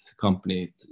company